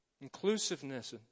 inclusiveness